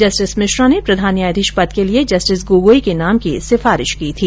justice Mishra ने प्रधान न्यायाधीश पद के लिये जस्टिस गोगोई के नाम की सिफारिश की थी